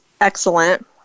excellent